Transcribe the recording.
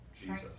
Jesus